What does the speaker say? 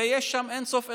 ויש שם אין-סוף אתגרים,